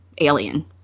alien